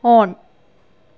on